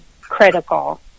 critical